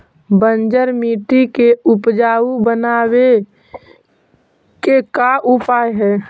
बंजर मट्टी के उपजाऊ बनाबे के का उपाय है?